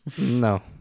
No